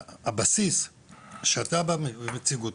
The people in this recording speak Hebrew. הבסיס שאתה בא ומציג כאן,